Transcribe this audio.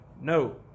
No